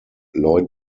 lloyd